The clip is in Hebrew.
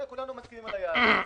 כולנו מסכימים על היעד.